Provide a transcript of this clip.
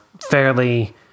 fairly